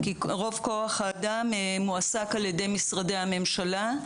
כי רוב כוח-האדם מועסק על ידי משרדי הממשלה,